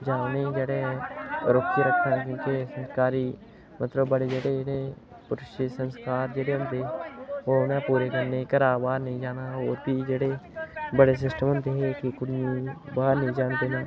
जाने जेह्ड़े रोकियै रक्खदे हे क्योंकि ज़िम्मेदारी मतलब बड़े जेह्ड़े उ'नें कुछ था कि जेह्ड़े उं'दे हे ओह् उ'नें पूरे करने घरा बाह्र नेईं जाना होर बी जेह्ड़े बड़े सिस्टम होंदे हे की कुड़ियें ई बाह्र निं जान देना